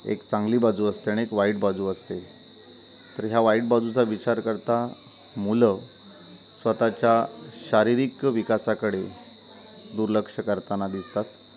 एक चांगली बाजू असते आणि एक वाईट बाजू असते तर ह्या वाईट बाजूचा विचार करता मुलं स्वतःच्या शारीरिक विकासाकडे दुर्लक्ष करताना दिसतात